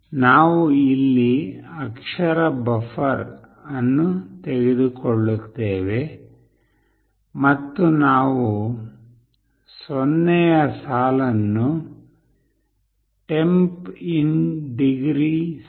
ನಾವು ಇಲ್ಲಿ ಅಕ್ಷರ ಬಫರ್ ಅನ್ನು ತೆಗೆದುಕೊಳ್ಳುತ್ತೇವೆ ಮತ್ತು ನಾವು 0 ಯ ಸಾಲನ್ನು " Temp in Degree C"